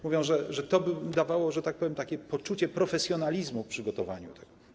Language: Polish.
Mówią, że to by im dawało, że tak powiem, poczucie profesjonalizmu w przygotowaniu tego.